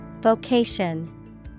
Vocation